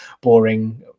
boring